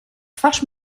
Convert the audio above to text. twarz